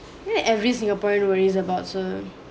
where every singaporean worries about so